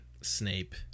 Snape